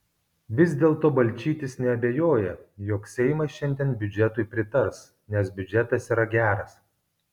vis dėlto balčytis neabejoja jog seimas šiandien biudžetui pritars nes biudžetas yra geras